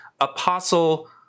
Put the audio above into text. Apostle